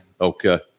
Okay